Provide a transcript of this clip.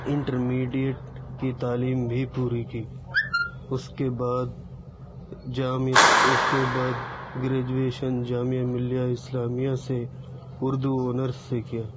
intermediate کی تعلیم بھی پوری کی اس کے بعد جامع اس کے بعد گریجویشن جامعہ ملیہ اسلامیہ سے اردو آنرس سے کیا